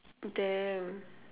damn